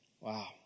Wow